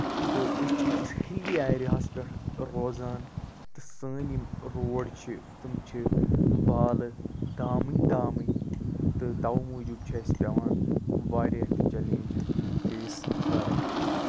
تہٕ أسۍ چھِ أکِس ہَلی اٮ۪ریاہَس پٮ۪ٹھ روزان تہٕ سٲنۍ یِم روڈ چھِ تٔمۍ چھِ بالہٕ دامٕنۍ دامٔنۍ تہٕ تَوے موٗجوٗب چھُ اَسہِ پٮ۪وان واریاہ تہِ چٮ۪لٮ۪نجٔز فٮ۪س